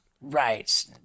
Right